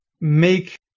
make